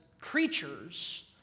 creatures